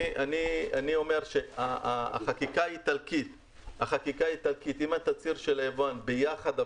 אומר שהחקיקה האיטלקית עם התצהיר של היבואן ביחד,